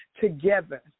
together